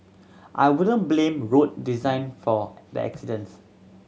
I wouldn't blame road design for the accidents